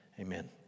amen